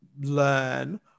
learn